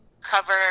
cover